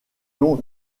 long